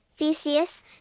Theseus